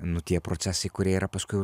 nu tie procesai kurie yra paskui jau